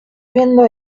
viendo